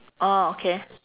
orh okay